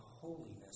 holiness